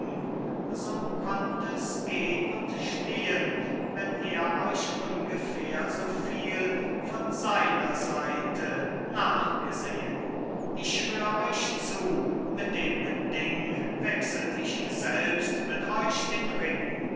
so konnt es gehn und stehen wenn er euch ungefähr so viel von seiner seite nachgesehen ich schwör euch zu mit dem beding wechselt ich selbst mit euch den ring